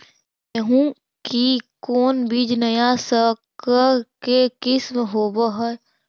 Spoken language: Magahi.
गेहू की कोन बीज नया सकर के किस्म होब हय?